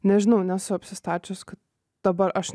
nežinau nesu apsistačius kad dabar aš